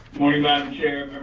morning madam chair,